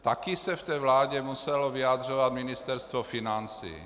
Také se v té vládě muselo vyjadřovat Ministerstvo financí.